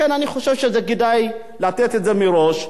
לכן אני חושב שכדאי לתת את זה מראש.